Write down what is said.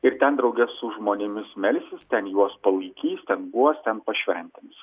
ir ten drauge su žmonėmis melsis ten juos palaikys ten guos ten pašventins